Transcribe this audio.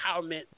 empowerment